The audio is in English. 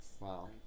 Wow